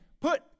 put